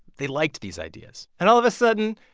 they liked these ideas and all of a sudden,